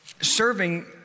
serving